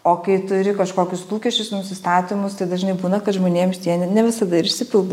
o kai turi kažkokius lūkesčius nusistatymus tai dažnai būna kad žmonėms jie n ne visada ir išsipildo